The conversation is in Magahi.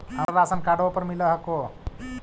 हमरा राशनकार्डवो पर मिल हको?